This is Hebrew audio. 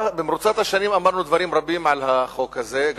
במרוצת השנים אמרנו דברים רבים על החוק הזה,